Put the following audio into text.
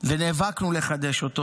נאבקנו לחדש אותו.